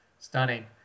stunning